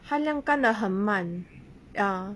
它晾干的很慢 ya